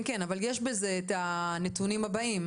כן, כן אבל יש בזה את הנתונים הבאים.